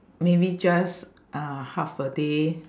maybe just uh half a day